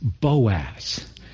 Boaz